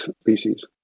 species